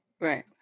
Right